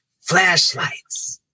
flashlights